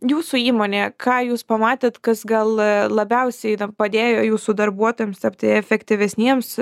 jūsų įmonėje ką jūs pamatėt kas gal labiausiai padėjo jūsų darbuotojams tapti efektyvesniems